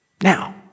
Now